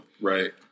Right